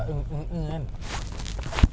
aku ambil puteri dulu dia dah nak keluar